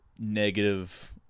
negative